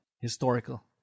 historical